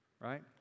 Right